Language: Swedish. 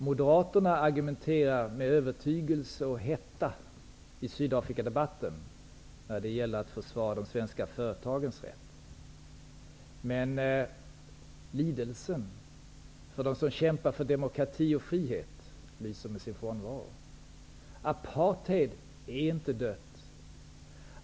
Moderaterna argumenterar med övertygelse och hetta i Sydafrikadebatten när det gäller att försvara de svenska företagens rätt. Men lidelsen för den som kämpar för demokrati och frihet lyser med sin frånvaro. Apartheid är inte dött.